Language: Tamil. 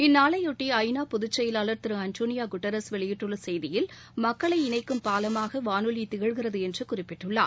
இந்நாளையொட்டி ஐ நா பொதுச்செயலாளர் திரு ஆண்டனியோ குட்ரோஸ் வெளியிட்டுள்ள செய்தியில் மக்களை இணைக்கும் பாலமாக வானொலி திகழ்கிறது என்று குறிப்பிட்டுள்ளார்